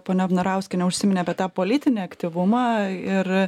ponia vnarauskienė užsiminė apie tą politinį aktyvumą ir